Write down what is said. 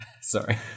Sorry